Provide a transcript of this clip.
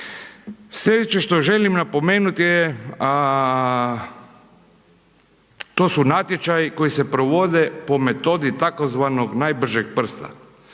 Sljedeće što želim napomenuti je, to su natječaji koji se provode po metodi tzv. najbržeg prsta.